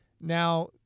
now